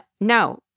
no